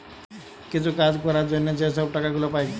কিছু কাজ ক্যরার জ্যনহে যে ছব টাকা গুলা পায়